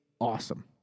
awesome